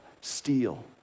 steal